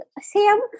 Sam